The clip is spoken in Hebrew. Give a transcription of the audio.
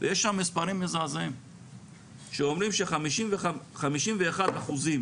יש שם מספרים מזעזעים שאומרים של- 51 אחוזים